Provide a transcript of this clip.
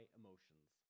emotions